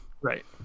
Right